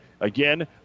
Again